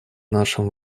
нашим